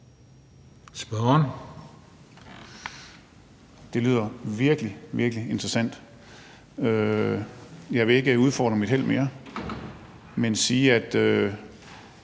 (ALT): Det lyder virkelig, virkelig interessant. Jeg vil ikke udfordre mit held mere, men bare sige, at